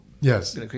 Yes